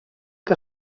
què